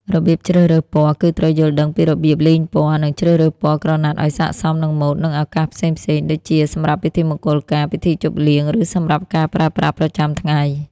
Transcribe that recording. របៀបជ្រើសរើសពណ៌ គឺត្រូវយល់ដឹងពីរបៀបលេងពណ៌ និងជ្រើសរើសពណ៌ក្រណាត់ឱ្យស័ក្តិសមនឹងម៉ូដ និងឱកាសផ្សេងៗ ដូចជា សម្រាប់ពិធីមង្គលការ ពិធីជប់លៀង ឬសម្រាប់ការប្រើប្រាស់ប្រចាំថ្ងៃ។